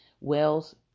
wells